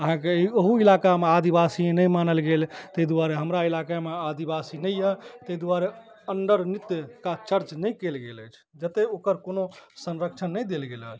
अहाँके ओहू इलाकामे आदिवासी नहि मानल गेल ताहि दुआरे हमरा इलाकामे आदिवासी नहि यऽ ताहि दुआरे अण्डर नृत्य का चर्च नहि कयल गेल अछि जतेक ओकर कोनो संरक्षण नहि देल गेल हँ